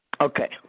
Okay